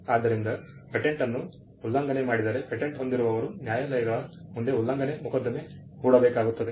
ಆದ್ದರಿಂದ ಪೇಟೆಂಟ್ನ ಉಲ್ಲಂಘನೆ ಮಾಡಿದರೆ ಪೇಟೆಂಟ್ ಹೊಂದಿರುವವರು ನ್ಯಾಯಾಲಯಗಳ ಮುಂದೆ ಉಲ್ಲಂಘನೆ ಮೊಕದ್ದಮೆ ಹೂಡಬೇಕಾಗುತ್ತದೆ